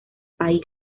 país